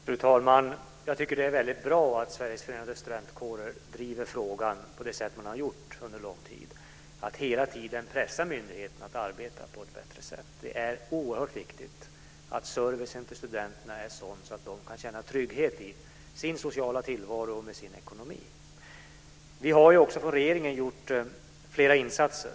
Fru talman! Jag tycker att det är väldigt bra att Sveriges Förenade Studentkårer driver frågan på det sätt man har gjort under lång tid, att hela tiden pressa myndigheten att arbeta på ett bättre sätt. Det är oerhört viktigt att servicen till studenterna är sådan att de kan känna trygghet i sin sociala tillvaro och med sin ekonomi. Vi har också från regeringen gjort flera insatser.